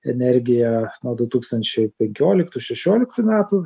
energija nuo du tūkstančiai penkioliktų šešioliktų metų